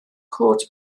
cod